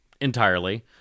entirely